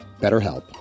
BetterHelp